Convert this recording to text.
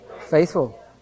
faithful